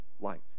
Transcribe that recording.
light